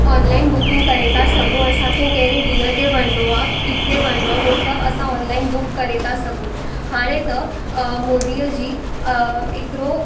online booking करे था सघूं असांखे कहिड़े ॾींहं ते वञिणो आहे किथे वञिणो आहे उहो सभु असां ऑनलाइन बुक करे था सघूं हाणे त मोदीअ जी हिकिड़ो